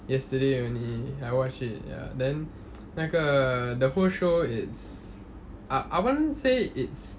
yesterday only I watched it ya then 那个 the whole show it's i~ I wouldn't say it's